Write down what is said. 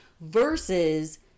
versus